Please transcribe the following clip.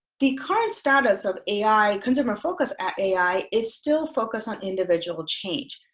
the current status of ai. consumer focus at ai is still focus on individual change.